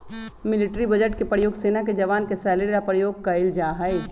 military budget के प्रयोग सेना के जवान के सैलरी ला प्रयोग कइल जाहई